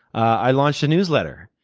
i launched a newsletter.